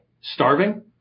Starving